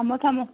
ꯊꯝꯃꯣ ꯊꯝꯃꯣ